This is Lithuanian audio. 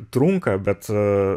trunka bet